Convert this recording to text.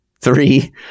Three